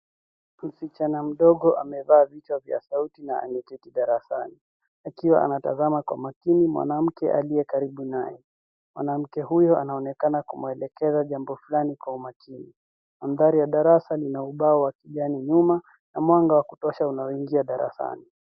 Msichana mdogo amevaa vichwa vya sauti na ameketi darasani, akiwa anatazama kwa makini mwanamke aliye karibu naye. Mwanamke huyu anaonekana kumwelekeza jambo fulani kwa umakini. Mandhari ya darasa lina ubao wa kijani nyuma na mwanga wa kutosha unaoingia darasani.